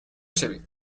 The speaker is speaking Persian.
شوید